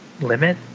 Limit